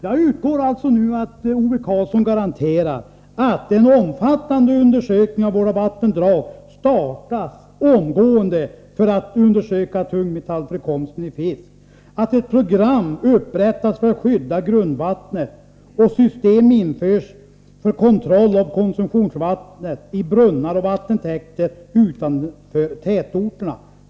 Jag utgår nu från att Ove Karlsson garanterar att en omfattande undersökning av våra vattendrag omgående startas för att undersöka tungmetallförekomsten i fisk, att ett program upprättas för att skydda grundvattnet och att system införs för kontroll av konsumtionsvattnet i brunnar och vattentäkter utanför tätorterna.